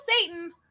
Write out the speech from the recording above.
satan